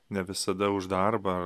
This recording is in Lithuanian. ne visada už darbą